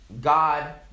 God